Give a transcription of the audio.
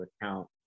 account